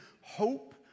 hope